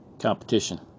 competition